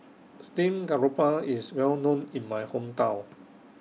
Steamed Garoupa IS Well known in My Hometown